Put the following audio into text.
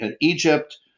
Egypt